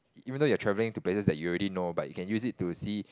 even though you are travelling to places that you already know but you can use it to see